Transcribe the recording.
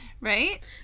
Right